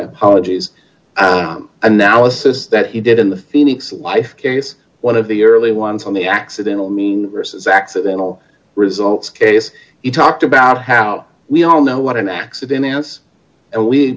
apologies analysis that you did in the phoenix life case one of the early ones on the accidental means versus accidental results case you talked about how we all know what an accident ends and we